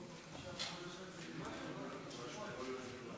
בבקשה, אדוני.